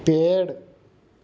पेड़